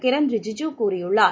கிரண் ரிஜிஜு கூறியுள்ளார்